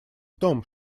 том